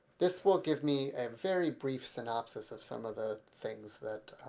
this will give me a very brief synopsis of some of the things that